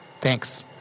Thanks